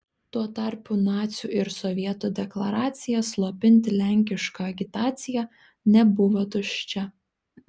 tuo tarpu nacių ir sovietų deklaracija slopinti lenkišką agitaciją nebuvo tuščia